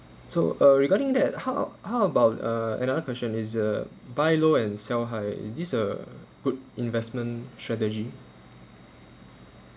so uh regarding that how how about uh another question is uh buy low and sell high is this a good investment strategy